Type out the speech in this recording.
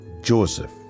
Joseph